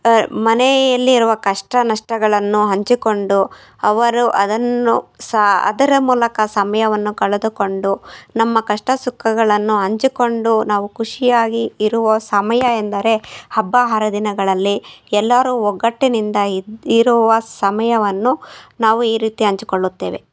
ಮನೆಯಲ್ಲಿರುವ ಕಷ್ಟ ನಷ್ಟಗಳನ್ನು ಹಂಚಿಕೊಂಡು ಅವರು ಅದನ್ನು ಸಹ ಅದರ ಮೂಲಕ ಸಮಯವನ್ನು ಕಳೆದುಕೊಂಡು ನಮ್ಮ ಕಷ್ಟ ಸುಖಗಳನ್ನು ಹಂಚಿಕೊಂಡು ನಾವು ಖುಷಿಯಾಗಿ ಇರುವ ಸಮಯ ಎಂದರೆ ಹಬ್ಬ ಹರಿದಿನಗಳಲ್ಲಿ ಎಲ್ಲರೂ ಒಗ್ಗಟ್ಟಿನಿಂದ ಇದ್ದು ಇರುವ ಸಮಯವನ್ನು ನಾವು ಈ ರೀತಿ ಹಂಚಿಕೊಳ್ಳುತ್ತೇವೆ